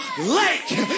lake